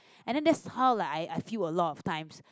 and then that's how like I I feel a lot of times